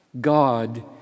God